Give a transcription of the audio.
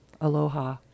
aloha